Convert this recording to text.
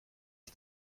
ich